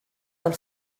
del